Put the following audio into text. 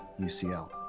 UCL